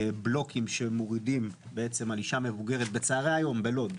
בלוקים שמורידים על אישה מבוגרת בצוהרי היום בלוד,